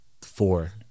four